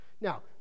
Now